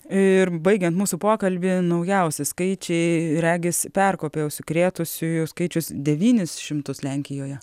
ir baigiant mūsų pokalbį naujausi skaičiai regis perkopė užsikrėtusiųjų skaičius devynis šimtus lenkijoje